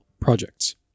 projects